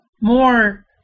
more